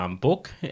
book